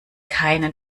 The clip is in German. keinen